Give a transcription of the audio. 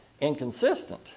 inconsistent